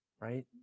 Right